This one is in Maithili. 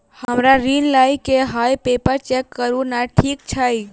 हमरा ऋण लई केँ हय पेपर चेक करू नै ठीक छई?